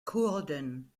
kurden